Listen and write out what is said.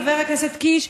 חבר הכנסת קיש,